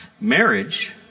Marriage